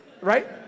right